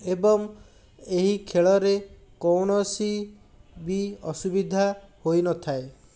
ଏବଂ ଏହି ଖେଳରେ କୌଣସି ବି ଅସୁବିଧା ହୋଇନଥାଏ